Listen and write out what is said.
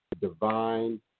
divine